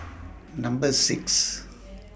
Number six